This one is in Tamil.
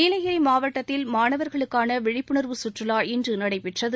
நீலகிரி மாவட்டத்தில் மாணவர்களுக்கான விழிப்புணர்வு சுற்றுலா இன்று நடைபெற்றது